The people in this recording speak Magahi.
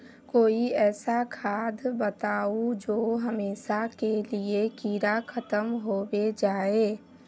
कोई ऐसा खाद बताउ जो हमेशा के लिए कीड़ा खतम होबे जाए?